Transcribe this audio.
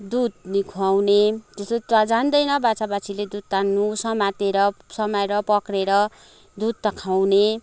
दुध ख्वाउने त्यस्तो त जान्दैन बाछा बाछीले दुध तान्नु समातेर समाएर पक्रेर दुध त खुवाउने